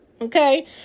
Okay